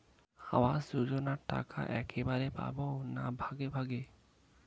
আবাস যোজনা টাকা একবারে পাব না ভাগে ভাগে?